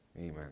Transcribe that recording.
Amen